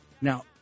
Now